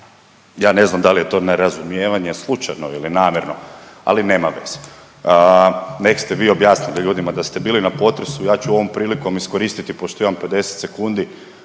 Ja ne znam da li je to nerazumijevanje slučajno ili namjerno ali nema veze. Nek ste vi objasnili ljudima da ste bili na potresu, ja ću ovom prilikom iskoristiti pošto imam 50 sekundi